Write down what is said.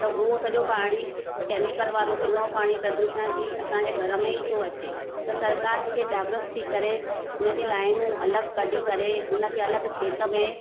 त उहो सॼो पाणी कैमिकल वारो किनो पाणी प्रदुषण थी असांजे घर में ई थो अचे त सरकार खे जागरुत थी करे हुन जी लाइनूं अलॻि कढी करे उन खे अलॻि खेत में